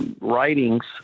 writings